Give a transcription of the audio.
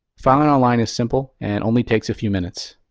filing online is simple and only takes a few minutes.